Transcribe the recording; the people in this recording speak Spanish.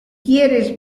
quieres